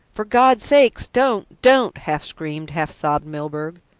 for god's sake don't, don't, half screamed, half sobbed milburgh.